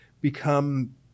become